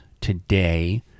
today